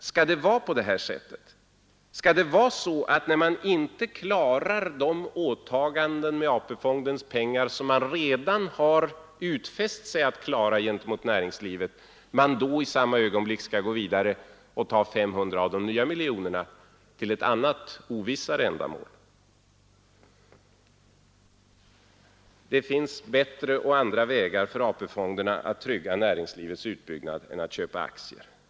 Skall det vara på det här sättet? Skall man, när man inte klarar de åtaganden med AP-fondens pengar som man redan har utfäst sig att klara gentemot näringslivet, i samma ögonblick gå vidare och ta 500 av de nya miljonerna till ett annat, ovissare, ändamål? Det finns andra och bättre vägar för AP-fonderna att trygga näringslivets utbyggnad än att köpa aktier.